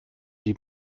die